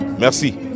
Merci